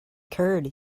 curd